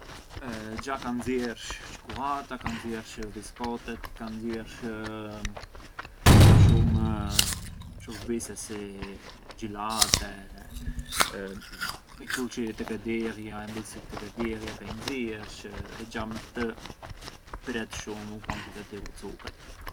Xha ka nxiersh çikullata, ka nxiersh viskotet, ka nxiersh shumë shurbise si xhilate, i dulci tek e diellj, embëlsirët tek e diellja ka i nxiersh e xha me rtë pret shumë u quantitativu cukari.